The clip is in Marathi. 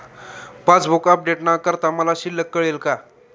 पासबूक अपडेट न करता मला शिल्लक कळेल का?